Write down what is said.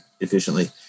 efficiently